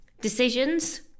Decisions